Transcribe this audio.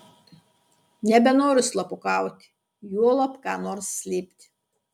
nebenoriu slapukauti juolab ką nors slėpti